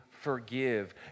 forgive